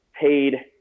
paid